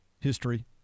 history